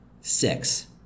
Six